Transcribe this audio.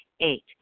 Eight